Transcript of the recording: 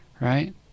right